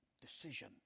decision